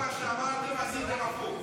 כל מה שאמרתם, עשיתם הפוך.